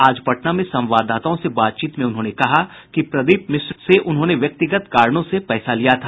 आज पटना में संवाददाताओं से बातचीत में उन्होंने कहा कि प्रदीप मिश्र से उन्होंने व्यक्तिगत कारणों से पैसा लिया था